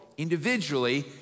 individually